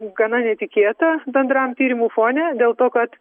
gana netikėta bendram tyrimų fone dėl to kad